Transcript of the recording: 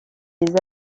avions